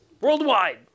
worldwide